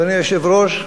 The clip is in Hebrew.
אדוני היושב-ראש,